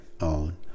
own